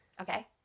Okay